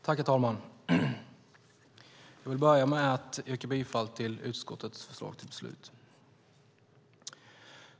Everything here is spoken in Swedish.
Herr talman! Jag vill börja med att yrka bifall till utskottets förslag till beslut.